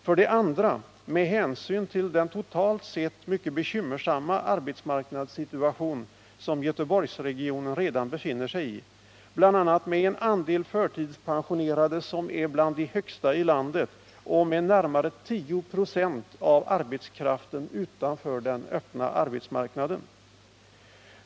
För det andra med hänsyn till den totalt sett mycket bekymmersamma arbetsmarknadssituation som Göteborgsregionen redan befinner sig i, med bl.a. en andel förtidspensionerade som är bland de högsta i landet och med närmare 10 96 av arbetskraften utanför den öppna arbetsmarknaden.